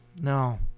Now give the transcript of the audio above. No